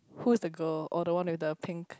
who's the girl oh the one with the pink